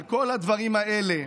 על כל הדברים האלה,